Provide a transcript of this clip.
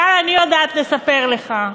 אבל אני יודעת לספר לך,